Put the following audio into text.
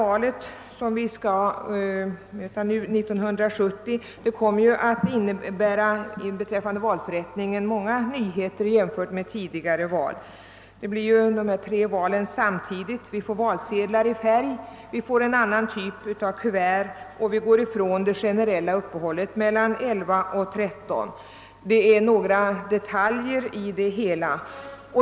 Valet 1970 kommer vad valförrättningen beträffar att innehålla många nyheter jämfört med tidigare val. Det blir tre val samtidigt, vi får valsedlar i färg och en annan typ av kuvert och vi går ifrån det generella uppehållet mellan klockan 11 och 13. Det är några detaljer i det hela.